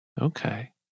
Okay